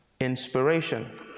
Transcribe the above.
inspiration